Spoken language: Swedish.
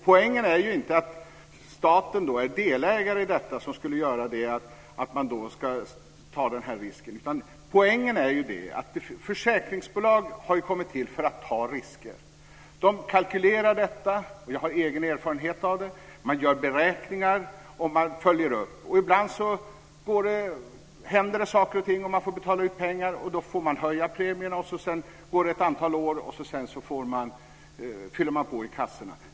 Poängen är ju inte att staten som delägare i bolaget skulle ta denna risk. Poängen är att försäkringsbolag har kommit till för att ta risker. De kalkylerar med detta - jag har egen erfarenhet av detta - de gör beräkningar, och de följer upp. Ibland händer det saker och ting och de får betala ut pengar, och då får de höja premierna. Sedan går det ett antal år, och de fyller på i kassorna.